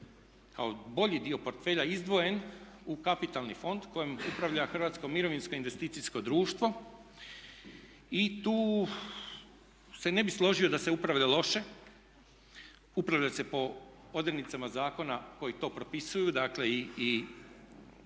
kao bolji dio portfelja izdvojen u kapitalni fond kojim upravlja HMID i tu se ne bi složio da se upravlja loše, upravlja se po odrednicama zakona koji to propisuju dakle i